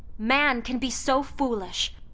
man can be so foolish!